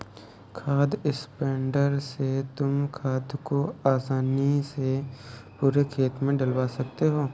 खाद स्प्रेडर से तुम खाद को आसानी से पूरे खेत में डलवा सकते हो